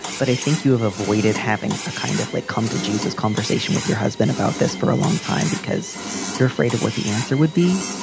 but i think you have avoided having a kind of like come to jesus conversation with your husband about this for a long time because you're afraid of what the answer would be.